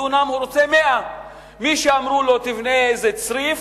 הוא רוצה 100. מי שאמרו לו: תבנה איזה צריף,